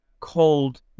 cold